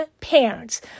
parents